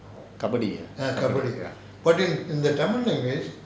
கபடி யா:kabadi yaa